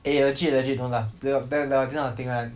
eh legit legit don't laugh they'll they they got this kind of thing one